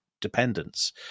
dependence